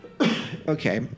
Okay